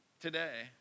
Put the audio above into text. today